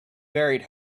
varied